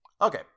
Okay